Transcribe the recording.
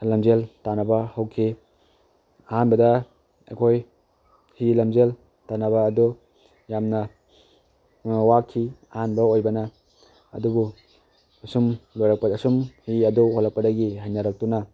ꯂꯝꯖꯦꯜ ꯇꯥꯟꯅꯕ ꯍꯧꯈꯤ ꯑꯍꯥꯟꯕꯗ ꯑꯩꯈꯣꯏ ꯍꯤ ꯂꯝꯖꯦꯜ ꯇꯥꯟꯅꯕ ꯑꯗꯨ ꯌꯥꯝꯅ ꯋꯥꯈꯤ ꯑꯍꯥꯟꯕ ꯑꯣꯏꯕꯅ ꯑꯗꯨꯕꯨ ꯑꯁꯨꯝ ꯂꯣꯏꯔꯛꯄ ꯑꯁꯨꯝ ꯍꯤ ꯑꯗꯨ ꯍꯣꯜꯂꯛꯄꯗꯒꯤ ꯍꯩꯅꯔꯛꯇꯨꯅ